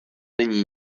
není